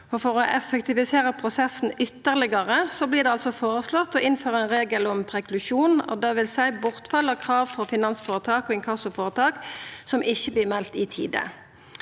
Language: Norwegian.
For å effektivisera prosessen ytterlegare, vert det altså føreslått å innføra ein regel om preklusjon. Det vil seia bortfall av krav frå finansføretak og inkassoføretak som ikkje vert melde i tide.